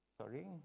Sorry